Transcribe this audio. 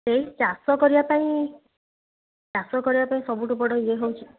ଏହି ଚାଷ କରିବା ପାଇଁ ଚାଷ କରିବା ପାଇଁ ସବୁଠୁ ବଡ଼ ଇଏ ହେଉଛି